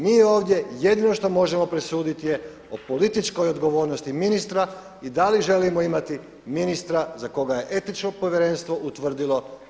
Mi ovdje jedino što možemo presuditi je o političkoj odgovornosti ministra i da li želimo imati ministra za koga je Etičko povjerenstvo utvrdilo da je plagijat.